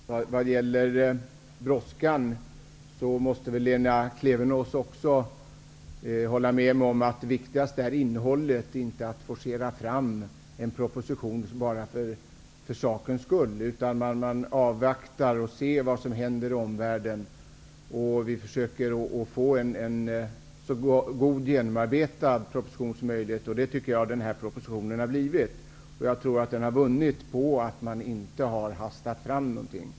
Herr talman! Vad gäller brådskan måste väl Lena Klevenås också hålla med mig om att innehållet är det viktigaste, inte att forcera fram en proposition för sakens skull. Man avvaktar och ser vad som händer i omvärlden. Vi har försökt få en så genomarbetad proposition som möjligt. Det tycker jag att denna proposition har blivit. Jag tror att den har vunnit på att man inte har hastat fram någonting.